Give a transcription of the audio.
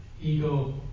ego